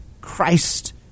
Christ